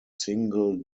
single